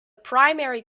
primary